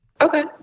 Okay